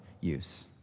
use